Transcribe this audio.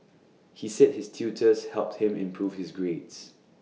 he said his tutors helped him improve his grades